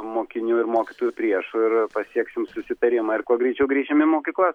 mokinių ir mokytojų priešu ir pasieksim susitarimą ir kuo greičiau grįšim į mokyklas